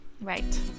Right